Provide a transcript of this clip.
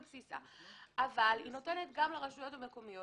אבל היא נותנת גם לרשויות המקומיות,